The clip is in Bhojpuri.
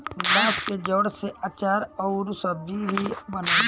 बांस के जड़ से आचार अउर सब्जी भी बनेला